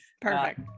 Perfect